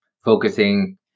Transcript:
focusing